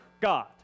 God